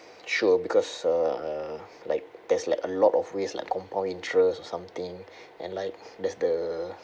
sure because uh like there's like a lot of ways like compound interest or something and like there's the